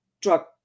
drug